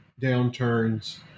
downturns